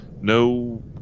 No